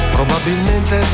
Probabilmente